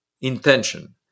intention